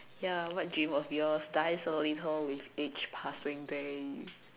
ya what dream of yours dies a little with each passing day